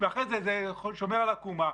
ואחרי זה זה שומר על עקומה.